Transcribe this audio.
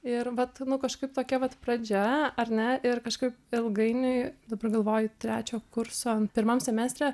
ir bet kažkaip tokia vat pradžia ar ne ir kažkaip ilgainiui dabar galvoju trečio kurso pirmam semestre